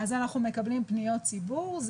אנחנו מקבלים פניות ציבור.